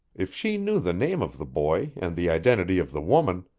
if she knew the name of the boy and the identity of the woman,